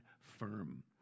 firm